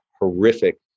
horrific